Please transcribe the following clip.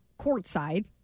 courtside